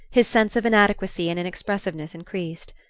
his sense of inadequacy and inexpressiveness increased.